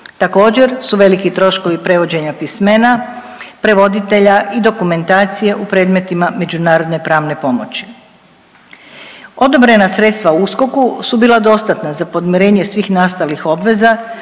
Također su veliki troškovi prevođenja pismena, prevoditelja i dokumentacije u predmetima međunarodne pravne pomoći. Odobrena sredstva u USKOK-u su bila dostatna za podmirenje svih nastalih obveza